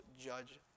judge